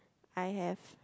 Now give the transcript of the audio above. I have